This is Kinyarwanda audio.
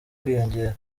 kwiyongera